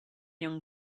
young